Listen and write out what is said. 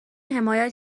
حمایت